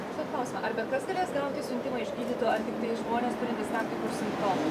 užduot klausimą ar bet kas galės gauti siuntimą iš gydytojo ar tiktai žmonės turintys tam tikrus simptomus